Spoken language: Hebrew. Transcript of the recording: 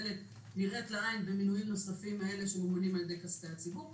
תועלת נראית לעין במינויים הנוספים הללו שממומנים על ידי כספי הציבור.